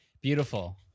Beautiful